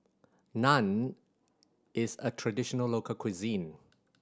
naan is a traditional local cuisine